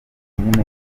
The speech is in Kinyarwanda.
nyine